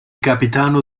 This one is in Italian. capitano